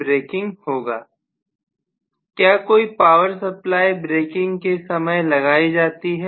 छात्र क्या कोई पावर सप्लाई ब्रेकिंग के समय लगाई जाती है